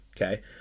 okay